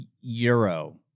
euro